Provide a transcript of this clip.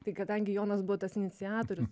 tai kadangi jonas buvo tas iniciatorius